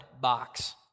box